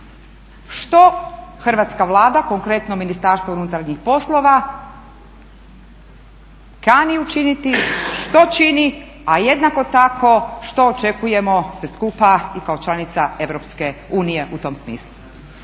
što Hrvatska vlada, konkretno Ministarstvo unutarnjih poslova, kani učiniti, što čini, a jednako tako što očekujemo svi skupa i kao članica EU u tom smislu?